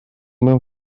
mewn